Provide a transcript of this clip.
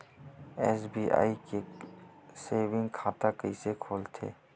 SBI के saving खाता कइसे खोलथे?